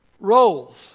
roles